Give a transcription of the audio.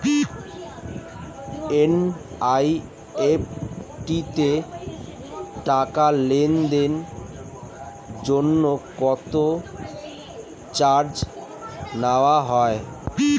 NEFT তে টাকা লেনদেনের জন্য কত চার্জ নেয়া হয়?